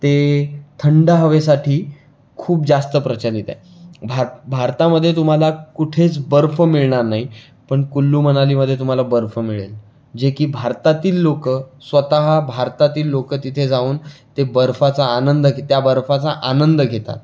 ते थंड हवेसाठी खूप जास्त प्रचलित आहे भा भारतामध्ये तुम्हाला कुठेच बर्फ मिळणार नाही पण कुल्लू मनालीमध्ये तुम्हाला बर्फ मिळेल जे की भारतातील लोकं स्वतः भारतातील लोकं तिथे जाऊन ते बर्फाचा आनंद त्या बर्फाचा आनंद घेतात